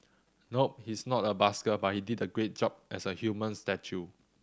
nope he's not a busker but he did a great job as a human statue